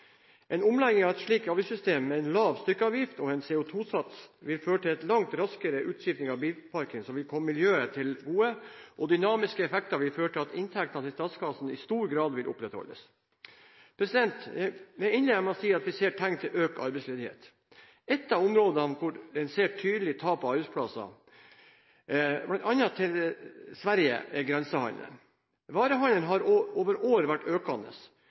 En omlegging til et slikt avgiftssystem, med en lav stykkavgift og en CO2-sats, vil føre til en langt raskere utskifting av bilparken, noe som vil komme miljøet til gode, og dynamiske effekter vil føre til at inntektene til statskassen i stor grad vil opprettholdes. Jeg innledet med å si at vi ser tegn til økt arbeidsledighet. Ett av områdene hvor en ser tydelig tap av arbeidsplasser, bl.a. til Sverige, er grensehandelen. Varehandelen har over år vært økende.